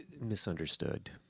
misunderstood